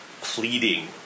pleading